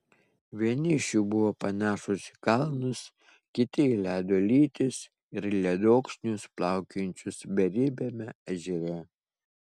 vieni iš jų buvo panašūs į kalnus kiti į ledo lytis ir ledokšnius plaukiojančius beribiame ežere